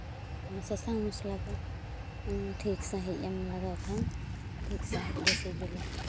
ᱥᱟᱥᱟᱝ ᱢᱚᱥᱞᱟ ᱠᱚ ᱴᱷᱤᱠ ᱥᱟᱹᱦᱤᱡ ᱮᱢ ᱞᱟᱜᱟᱣ ᱠᱷᱟᱱ ᱴᱷᱤᱠ ᱥᱟᱹᱦᱤᱡ ᱜᱮ ᱥᱤᱵᱤᱞᱟ